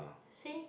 say